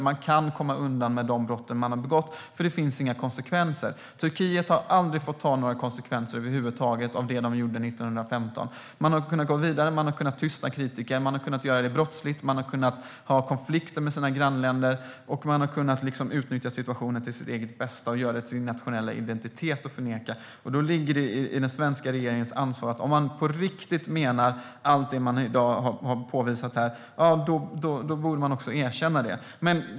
Man kan komma undan med de brott man har begått, för det får inga konsekvenser. Turkiet har aldrig fått ta några konsekvenser över huvud taget av det som de gjorde 1915. Man har kunnat gå vidare. Man har kunnat tysta kritiker. Man har kunnat göra det brottsligt. Man har kunnat ha konflikter med sina grannländer. Man har kunnat utnyttja situationen för sitt eget bästa och göra det till sin internationella identitet att förneka. Om den svenska regeringen på riktigt menar allt det som man i dag har påvisat här borde man också erkänna det.